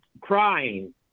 crying